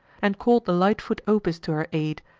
and call'd the light-foot opis to her aid,